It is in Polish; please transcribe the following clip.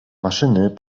maszyny